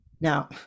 now